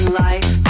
life